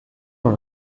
dans